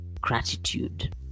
gratitude